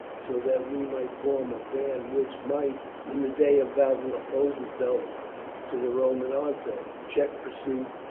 so that we might form a band which might in the day of battle oppose itself to the roman onset, check pursuit,